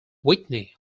whitney